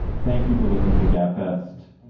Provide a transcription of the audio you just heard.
thank you for listening to the gab fest.